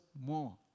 more